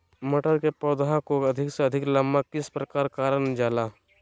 मटर के पौधा को अधिक से अधिक लंबा किस प्रकार कारण जाला?